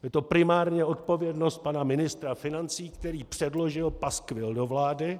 Je to primárně odpovědnost pana ministra financí, který předložil paskvil do vlády.